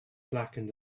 blackened